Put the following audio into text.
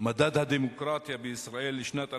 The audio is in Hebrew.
מדד הדמוקרטיה בישראל לשנת 2010,